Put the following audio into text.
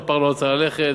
שהפר לא רצה ללכת,